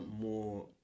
more